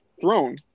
throne